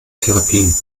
therapien